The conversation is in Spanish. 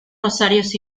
rosarios